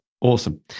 awesome